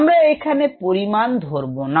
আমরা এখানে পরিমাণ ধরবো না